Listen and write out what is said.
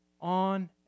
On